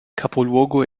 capoluogo